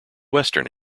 western